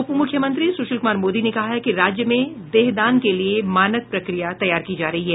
उपमुख्यमंत्री सुशील कुमार मोदी ने कहा है कि राज्य में देहदान के लिए मानक प्रक्रिया तैयार की जा रही है